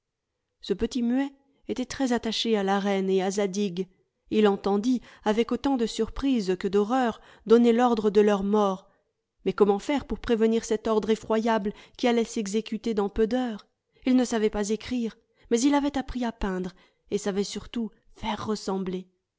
ce petit muet était très attaché à la reine et à zadig il entendit avec autant de surprise que d'horreur donner l'ordre de leur mort mais comment faire pour prévenir cet ordre effroyable qui allait s'exécuter dans peu d'heures il ne savait pas écrire mais il avait appris à peindre et savait surtout faire ressembler